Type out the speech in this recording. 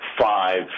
five